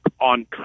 on